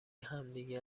همدیگه